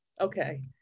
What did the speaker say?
Okay